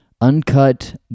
Uncut